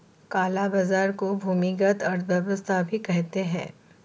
काला बाजार को भूमिगत अर्थव्यवस्था भी कहते हैं